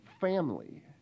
family